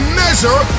measure